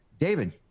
David